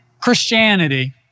Christianity